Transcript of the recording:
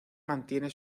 mantiene